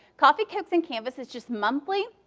coffee, cokes, and canvas is just monthly.